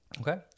Okay